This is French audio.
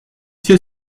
sait